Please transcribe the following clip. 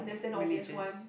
religions